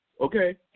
Okay